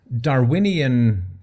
Darwinian